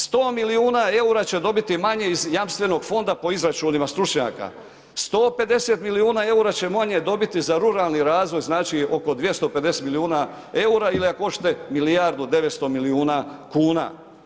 100 milijuna EUR-a će dobiti manje iz jamstvenog fonda po izračunima stručnjaka, 150 milijuna EUR-a će manje dobiti za ruralni razvoj, znači oko 250 milijuna EUR-a ili ako hoćete milijardu 900 milijuna kuna.